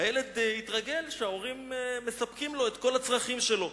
הילד התרגל שההורים מספקים לו את כל הצרכים שלו,